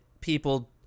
people